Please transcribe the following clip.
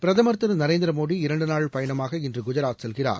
பிரதமர் திரு நரேந்திர மோடி இரண்டு நாள் பயணமாக இன்று குஜராத் செல்கிறார்